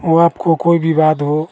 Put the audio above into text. वे लोग को कोई विवाद हो